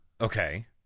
Okay